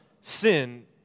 sin